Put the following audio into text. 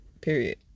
Period